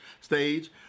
stage